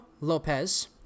Lopez